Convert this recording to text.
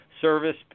service